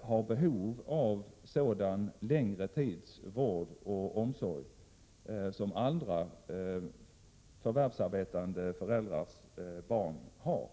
har behov av sådan längre tids vård och omsorg som andra förvärvsarbetande föräldrars barn har.